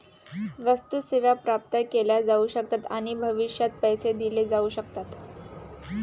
वस्तू, सेवा प्राप्त केल्या जाऊ शकतात आणि भविष्यात पैसे दिले जाऊ शकतात